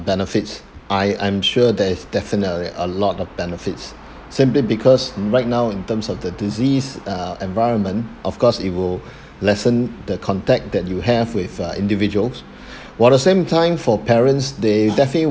benefits I I'm sure there's definitely a lot of benefits simply because right now in terms of the disease uh environment of course it will lessen the contact that you have with uh individuals while the same time for parents they definitely